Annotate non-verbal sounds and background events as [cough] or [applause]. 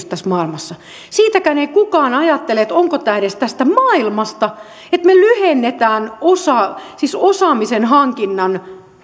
[unintelligible] tässä maailmassa siitäkään ei kukaan ajattele onko tämä edes tästä maailmasta että me lyhennämme osaamisen hankinnan